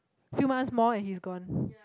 few months more and he's gone